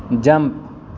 jump